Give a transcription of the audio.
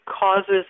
causes